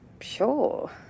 sure